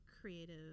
creative